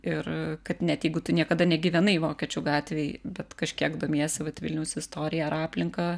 ir kad net jeigu tu niekada negyvenai vokiečių gatvėj bet kažkiek domiesi vat vilniaus istorija ar aplinka